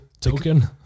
Token